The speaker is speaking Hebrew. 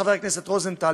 חבר הכנסת רוזנטל,